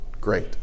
Great